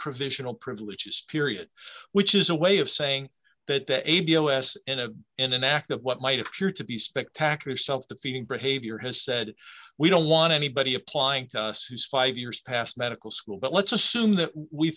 provisional privileges period which is a way of saying that the a b s in a in an act of what might appear to be spectacular self defeating behavior has said we don't want anybody applying to us who's five years past medical school but let's assume that we